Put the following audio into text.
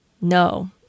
No